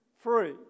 free